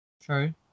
True